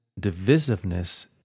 divisiveness